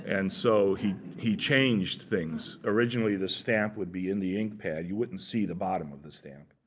and so he he changed things. originally the stamp would be in the ink pad. you wouldn't see the bottom of the stamp.